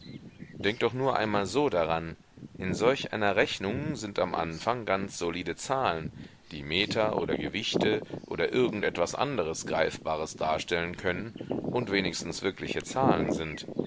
denk doch nur einmal so daran in solch einer rechnung sind am anfang ganz solide zahlen die meter oder gewichte oder irgend etwas anderes greifbares darstellen können und wenigstens wirkliche zahlen sind